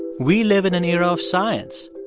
we live in an era of science,